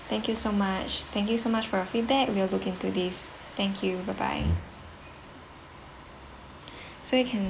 thank you so much thank you so much for your feedback we'll look into this thank you bye bye so you can